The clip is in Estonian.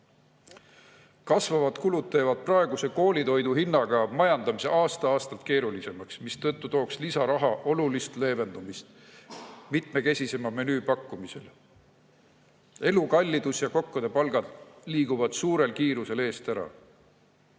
üldse. Kasvavad kulud teevad praeguse koolitoidu hinna juures majandamise aasta-aastalt keerulisemaks, mistõttu tooks lisaraha olulist leevendust mitmekesisema menüü pakkumisel. Elukallidus ja kokkade palgad liiguvad suurel kiirusel eest ära.